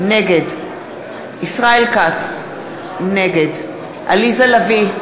נגד ישראל כץ, נגד עליזה לביא,